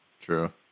True